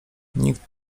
nikt